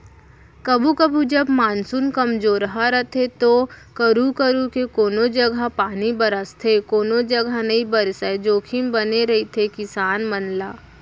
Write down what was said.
कभू कभू जब मानसून कमजोरहा रथे तो करू करू के कोनों जघा पानी बरसथे कोनो जघा नइ बरसय जोखिम बने रहिथे किसान मन ला